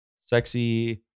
sexy